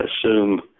assume